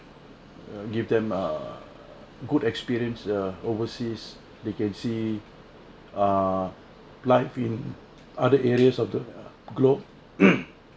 give them a good experience err overseas they can see a life in other areas of the globe